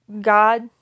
god